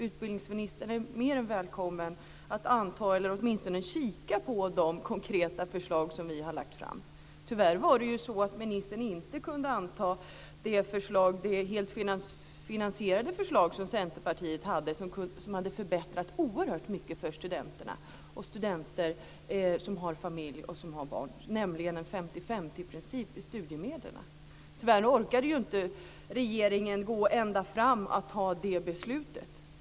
Utbildningsministern är mer än välkommen att anta, eller åtminstone kika på, de konkreta förslag som vi har lagt fram. Det var ju tyvärr så att ministern inte kunde anta det helt finansierade förslag som Centerpartiet hade. Det hade förbättrat oerhört mycket för de studenter som har familj och barn. Det handlar om en 50-50-princip för studiemedlen. Tyvärr orkade regeringen inte gå ända fram och fatta det beslutet.